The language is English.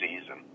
season